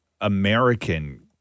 American